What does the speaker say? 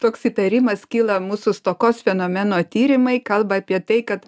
toks įtarimas kyla mūsų stokos fenomeno tyrimai kalba apie tai kad